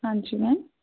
ਹਾਂਜੀ ਮੈਮ